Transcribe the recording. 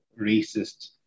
racist